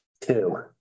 two